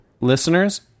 Listeners